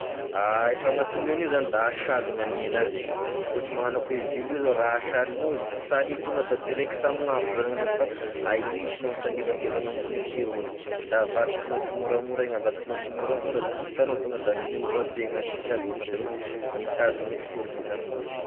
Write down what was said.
E fagnatoniana io zany da asaly gn'any enazy ohatry magnano ako e vily io zao raha asalinao izy s'ania tonga da direct amegn'afo zany gn'aninao anazy fa ahisinao misangevangevana ambony aty avao izy da avadikinao simoramora, igny avadikinao simoramora da hitanao tonga da miova be gn'aniny sady tonga da hita hoe mitazone sirony izy amin'igny.